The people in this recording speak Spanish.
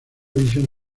visión